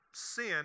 sin